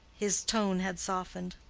his tone had softened.